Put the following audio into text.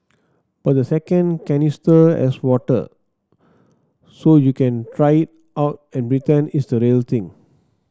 but the second canister has water so you can try it out and pretend it's the real thing